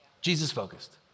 Jesus-focused